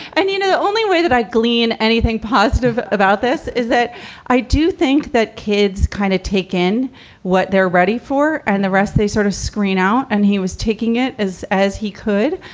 and, you know, the only way that i glean anything positive about this is that i do think that kids kind of take in what they're ready for and the rest, they sort of screen out and he was taking it as as he could.